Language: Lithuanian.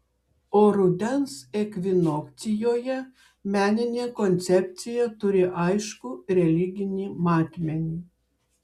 o rudens ekvinokcijoje meninė koncepcija turi aiškų religinį matmenį